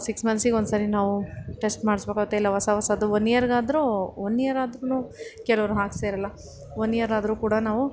six ಮಂಥ್ಸಿಗೊಂದ್ಸರಿ ನಾವು test ಮಾಡಿಸ್ಬೇಕಾಗುತ್ತೆ ಇಲ್ಲ ಹೊಸ ಹೊಸದು ಒನ್ ಇಯರ್ಗಾದ್ರೂ ಒನ್ ಇಯರಾದ್ರೂ ಕೆಲವರು ಹಾಕಿಸೇ ಇರೋಲ್ಲ ಒನ್ ಇಯರಾದ್ರೂ ಕೂಡ ನಾವು